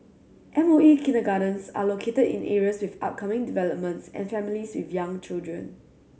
M O E kindergartens are located in areas with upcoming developments and families with young children